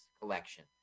collection